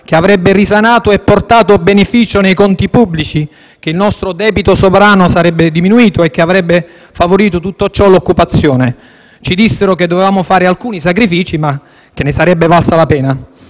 che avrebbe risanato e portato benefici nei conti pubblici, che il nostro debito sovrano sarebbe diminuito e che tutto ciò avrebbe favorito l'occupazione. Ci dissero che dovevamo fare alcuni sacrifici, ma che ne sarebbe valsa la pena.